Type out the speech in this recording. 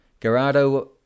Gerardo